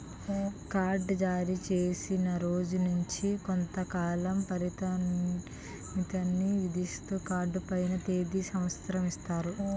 card జారీచేసిన రోజు నుంచి కొంతకాల పరిమితిని విధిస్తూ కార్డు పైన తేది సంవత్సరం ఇస్తారు